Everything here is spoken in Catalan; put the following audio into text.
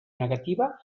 negativa